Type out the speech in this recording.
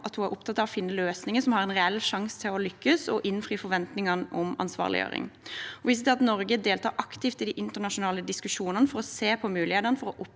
at hun er opptatt av å finne løsninger som har en reell sjanse til å lykkes og innfri forventningene om ansvarliggjøring. Hun viser til at Norge deltar aktivt i de internasjonale diskusjonene for å se på mulighetene for å opprette